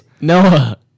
Noah